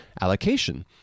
allocation